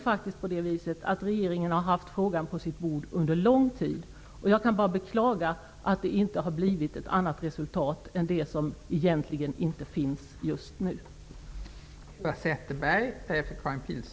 Regeringen har faktiskt haft frågan på sitt bord under lång tid. Jag kan bara beklaga att det inte har blivit något annat resultat än det hittillsvarande, dvs. egentligen inte något alls.